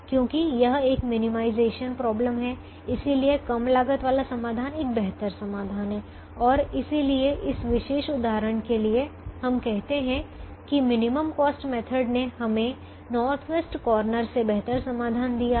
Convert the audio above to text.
क्योंकि यह एक मिनिमाइजेशन समस्या है इसलिए कम लागत वाला समाधान एक बेहतर समाधान है और इसलिए इस विशेष उदाहरण के लिए हम कहते हैं कि मिनिमम कॉस्ट मेथड ने हमें नॉर्थ वेस्ट कॉर्नर से बेहतर समाधान दिया है